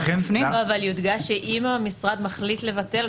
--- יודגש שאם המשרד מחליט לבטל,